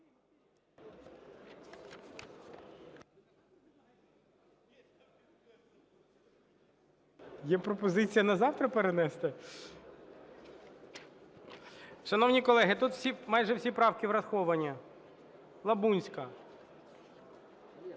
Є пропозиція на завтра перенести? Шановні колеги, тут майже всі правки враховані. Лабунська.